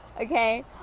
okay